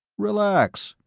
relax,